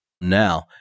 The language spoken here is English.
now